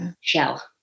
shell